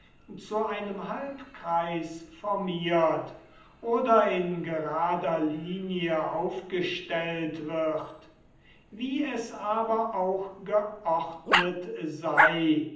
zu einem halbkreis formirt oder in gerader linie aufgestellt wird wie es aber auch geordnet sei